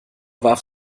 warf